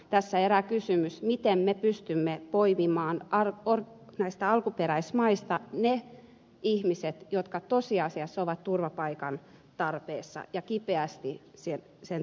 tässä herää kysymys miten me pystymme poimimaan näistä alkuperämaista ne ihmiset jotka tosiasiassa ovat turvapaikan tarpeessa ja kipeästi sen tarpeessa